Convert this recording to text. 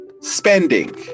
spending